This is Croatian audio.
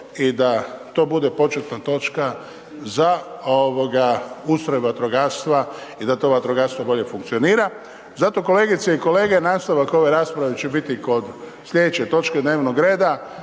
i da to bude početna točka za ustroj vatrogastva i da to vatrogastvo bolje funkcionira. Zato kolegice i kolege nastave ove rasprave će biti kod slijedeće točke dnevnog reda,